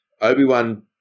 Obi-Wan